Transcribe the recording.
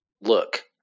Look